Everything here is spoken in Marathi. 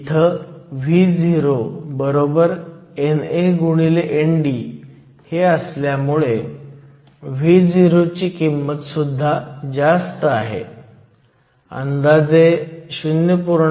इथं Vo NA ND हे असल्यामुळे Vo ची किंमत सुद्धा जास्त आहे अंदाजे 0